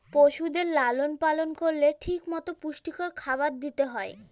পশুদের লালন পালন করলে ঠিক মতো পুষ্টিকর খাবার দিতে হয়